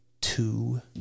Two